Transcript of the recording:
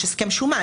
יש הסכם שומה.